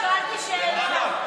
שאלתי שאלה.